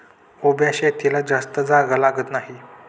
उभ्या शेतीला जास्त जागा लागत नाही